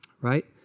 right